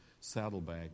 saddlebag